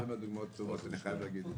טוב,